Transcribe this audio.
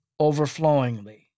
overflowingly